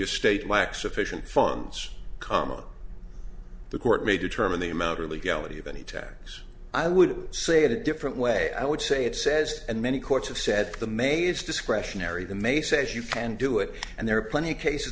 a state lacks sufficient funds comma the court may determine the amount or legality of any tax i would say it a different way i would say it says and many courts have said the major discretionary the may says you can do it and there are plenty cases